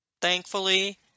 thankfully